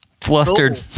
flustered